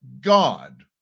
God